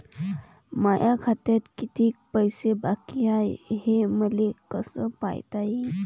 माया खात्यात कितीक पैसे बाकी हाय हे मले कस पायता येईन?